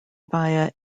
via